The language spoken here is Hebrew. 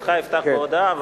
כמצוותך אפתח בהודעה,